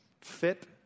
fit